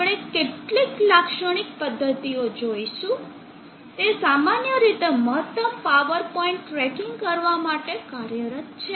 આપણે કેટલીક લાક્ષણિક પદ્ધતિઓ જોઈશું જે સામાન્ય રીતે મહત્તમ પાવર પોઇન્ટ ટ્રેકિંગ કરવા માટે કાર્યરત છે